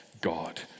God